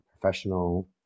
professional